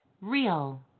Real